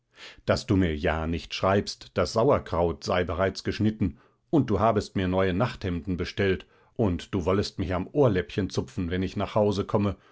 daß du mir ja nicht schreibst das sauerkraut sei bereits geschnitten und du habest mir neue nachthemden bestellt und du wollest mich am ohrläppchen zupfen wenn ich nach hause komme